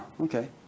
Okay